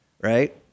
right